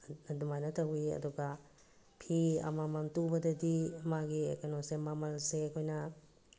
ꯑꯗꯨꯃꯥꯏꯅ ꯇꯧꯋꯤ ꯑꯗꯨꯒ ꯐꯤ ꯑꯃꯃꯝ ꯇꯨꯕꯗꯗꯤ ꯃꯥꯒꯤ ꯀꯩꯅꯣꯁꯦ ꯃꯃꯜꯁꯦ ꯑꯩꯈꯣꯏꯅ